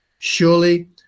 Surely